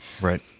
Right